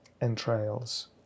entrails